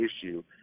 issue